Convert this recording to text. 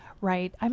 Right